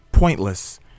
pointless